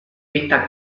esta